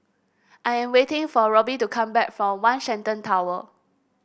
I am waiting for Robbie to come back from One Shenton Tower